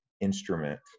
instrument